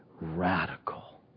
radical